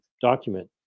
document